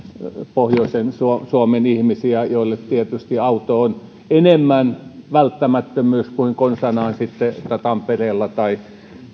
pohjoisen suomen ihmisiä joille tietysti auto on enemmän välttämättömyys kuin konsanaan sitten tampereella